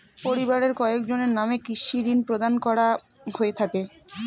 পরিবারের কয়জনের নামে কৃষি ঋণ প্রদান করা হয়ে থাকে?